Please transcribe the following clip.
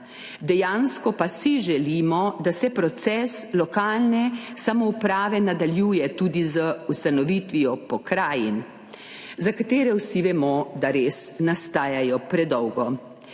Dejansko pa si želimo, da se proces lokalne samouprave nadaljuje tudi z ustanovitvijo pokrajin, za katere vsi vemo, da res nastajajo predolgo.